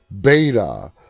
Beta